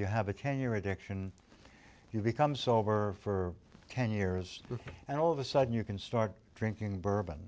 you have a can your addiction you become sober for ten years and all of a sudden you can start drinking bourbon